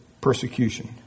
persecution